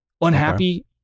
unhappy